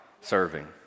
serving